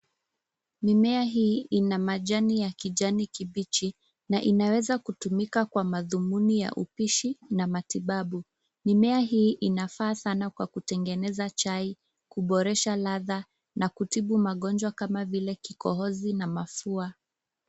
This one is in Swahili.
Mimea hii ina majani ya kijani kibichi, na inaweza kutumika kwa madhumuni ya upishi na matibabu. Mimea hii inafaa sana kwa kutengeneza chai, kuboresha ladha , na kutibu magonjwa kama vile kikohozi na mafua.